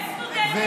יש סטודנטים,